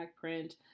print